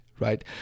Right